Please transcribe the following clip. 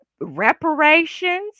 reparations